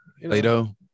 Plato